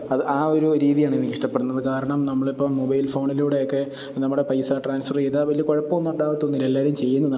അത് ആ ഒരു രീതിയാണെനിക്കിഷ്ടപ്പെടുന്നത് കാരണം നമ്മളിപ്പം മൊബൈൽ ഫോണിലൂടെയൊക്കെ നമ്മുടെ പൈസ ട്രാൻസ്ഫർ ചെയ്താൽ വലിയ കുഴപ്പമെന്നു ഉണ്ടാകത്തൊന്നുമില്ല എല്ലാവരും ചെയ്യുന്നൊന്നാണ്